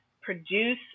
produce